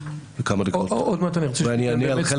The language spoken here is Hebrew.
בכמה דקות ואני אענה על חלק מהשאלות.